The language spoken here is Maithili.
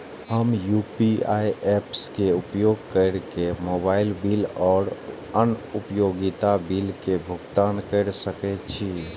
हम यू.पी.आई ऐप्स के उपयोग केर के मोबाइल बिल और अन्य उपयोगिता बिल के भुगतान केर सके छी